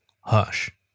Hush